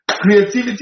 Creativity